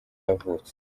yavutse